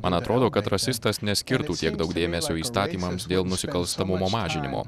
man atrodo kad rasistas neskirtų tiek daug dėmesio įstatymams dėl nusikalstamumo mažinimo